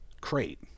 crate